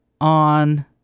on